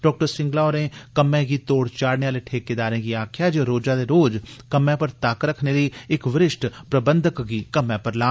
doctor Singla होरें कम्मै गी तोड़ चाढ़ने आले ठेकेदारें गी आक्खेया जे ओ रोजै दे रोज कम्मै पर तक्क रक्खने लेई इक वरिष्ठ प्रबंधक गी कम्मै पर लान